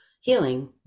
healing